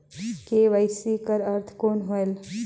KYC कर अर्थ कौन होएल?